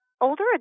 older